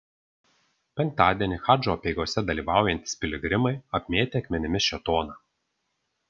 penktadienį hadžo apeigose dalyvaujantys piligrimai apmėtė akmenimis šėtoną